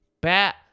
Bat